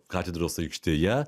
katedros aikštėje